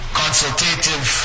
consultative